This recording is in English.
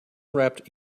wrapped